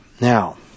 Now